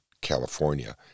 california